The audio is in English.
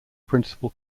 principal